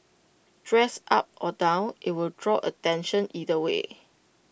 dressed up or down IT will draw attention either way